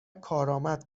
کارآمد